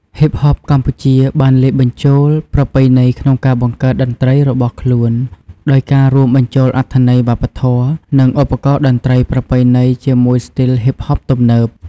ហ៊ីបហបកម្ពុជា បានលាយបញ្ចូលប្រពៃណីក្នុងការបង្កើតតន្ត្រីរបស់ខ្លួនដោយការរួមបញ្ចូលអត្ថន័យវប្បធម៌ និងឧបករណ៍តន្ត្រីប្រពៃណីជាមួយស្ទីលហ៊ីបហបទំនើប។